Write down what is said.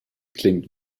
klingt